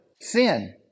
sin